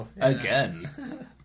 again